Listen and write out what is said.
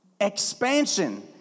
Expansion